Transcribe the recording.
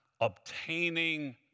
obtaining